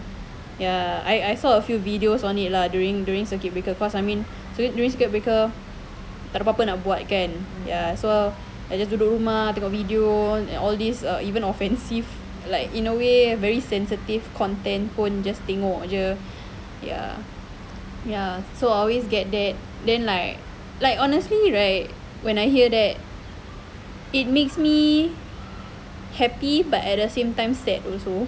ya I I saw a few videos on it lah during during circuit breaker cause I mean during circuit breaker tak ada apa-apa nak buat kan ya so I just duduk rumah tengok video like in a way very sensitive content just tengok jer ya so I always get that then like like honestly right when I hear that it makes me happy but at the same time sad also